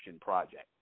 project